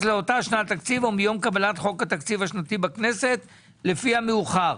לאותה שנת תקציב או מיום קבלת חוק התקציב השנתי בכנסת לפי המאוחר.